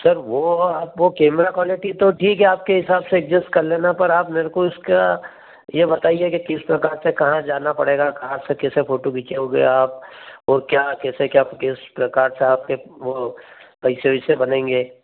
sir वो आप वो केमरा क्वालिटी तो ठीक है आपके हिसाब से एडजस्ट कर लेना पर आप मेरे को इसका ये बताइए कि किस प्रकार से कहाँ जाना पड़ेगा कहाँ से कैसे फोटो खींचोगे आप और क्या कैसे क्या किस प्रकार से आपके वो पैसे वैसे बनेंगे